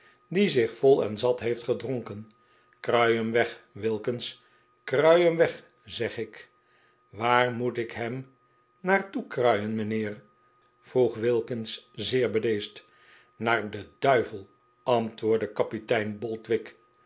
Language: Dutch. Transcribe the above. die zich vol en zat heeft gedronken krui hem weg wilkins krui hem weg zeg ik waar moet ik hem naar toe kruien mijnheer vroeg wilkins zeer bedeesd naar den duivel antwoordde kapitein